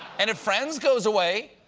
and if friends goes away,